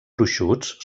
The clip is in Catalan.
gruixuts